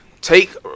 take